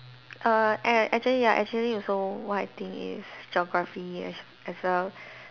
err a~ actually ya actually also what I think is geography as sh~ as a